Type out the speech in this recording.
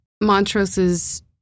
Montrose's